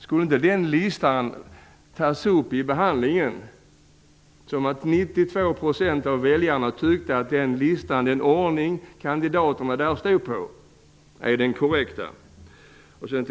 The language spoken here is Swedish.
Skulle inte den lista tas upp till behandling som 92 % av väljarna tycker är den korrekta, med de kandidater som står upptagna på den?